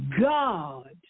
God